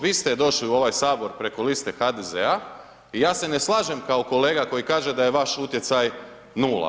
Vi ste došli u ovaj Sabor preko liste HDZ-a i ja s ne slažem kao kolega koji kaže da je vaš utjecaj nula.